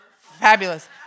fabulous